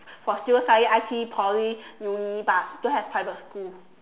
for students studying I_T_E Poly uni but don't have private school